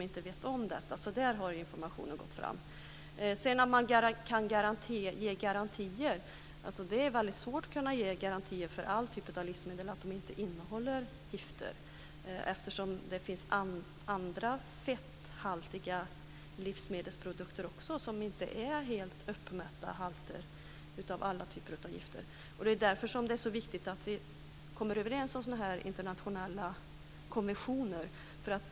Men det är mycket svårt att ge garantier för att alla typer av livsmedel inte innehåller gifter, eftersom det finns andra fetthaltiga livsmedelsprodukter som inte har helt uppmätta halter av alla typer av gifter. Det är därför som det är så viktigt att vi kommer överens om internationella konventioner.